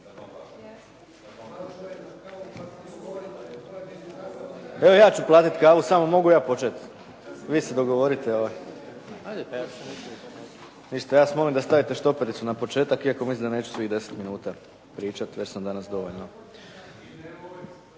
Evo ja ću platit kavu, samo mogu ja počet? Vi se dogovorite. Ništa, ja vas molim da stavite štopericu na početak iako mislim da neću svih deset minuta pričat, već sam danas dovoljno.